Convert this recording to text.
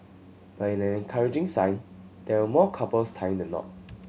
but in an encouraging sign there were more couples tying the knot